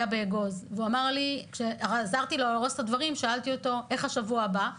באגוז כשעזרתי לו לארוז שאלתי איך יהיה השבוע הבא,